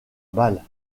balles